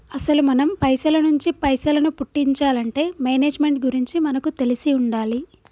అసలు మనం పైసల నుంచి పైసలను పుట్టించాలంటే మేనేజ్మెంట్ గురించి మనకు తెలిసి ఉండాలి